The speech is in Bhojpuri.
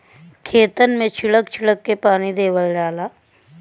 खेतन मे छीड़क छीड़क के पानी देवल जाला